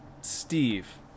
Steve